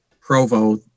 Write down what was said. Provo